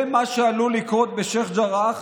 זה מה שעלול לקרות בשייח' ג'ראח